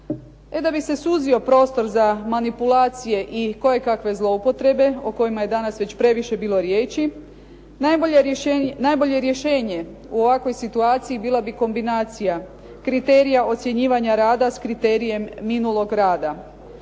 da bi se suzio prostor za manipulacije i kojekakve zloupotrebe o kojima je danas već previše bilo riječi najbolje rješenje u ovakvoj situaciji bila bi kombinacija kriterija ocjenjivanja rada s kriterijem minulog rada,